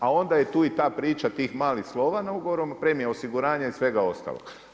A onda je tu i ta priča tih malih slova na … premija osiguranja i svega ostalog.